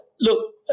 Look